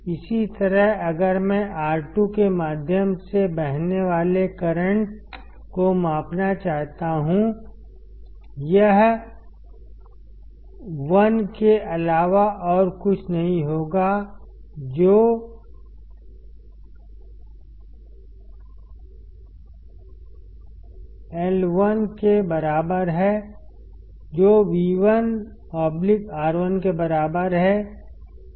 इसी तरह अगर मैं R 2 के माध्यम से बहने वाले करंट को मापना चाहता हूं यह I1 के अलावा और कुछ नहीं होगा जो I1 के बराबर है जो V1 R1 के बराबर है